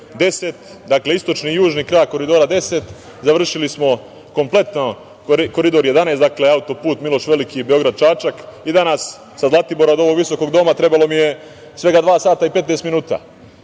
10, dakle istočni i južni krak Koridora 10, završili smo kompletno Koridor 11, dakle autoput „Miloš Veliki“, Beograd – Čačak. Danas sa Zlatibora do ovog Viskog doma trebalo mi je svega dva sata i 15 minuta,